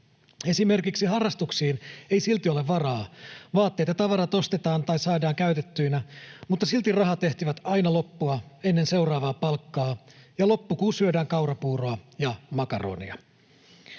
Esimerkiksi harrastuksiin ei silti ole varaa, vaatteet ja tavarat ostetaan tai saadaan käytettyinä, mutta silti rahat ehtivät aina loppua ennen seuraavaa palkkaa ja loppukuu syödään kaurapuuroa ja makaronia.